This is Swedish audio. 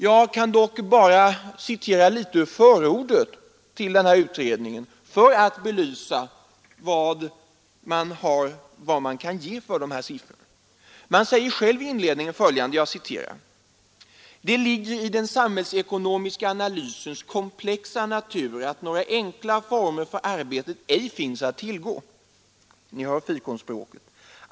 Jag vill emellertid citera något ur förordet till denna utredning för att belysa vad man kan ge för dessa siffror. Utredningen skriver själv i inledningen följande: ”Det ligger i den samhällsekonomiska analysens komplexa natur att några enkla formler för arbetet ej finns att tillgå.”